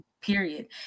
period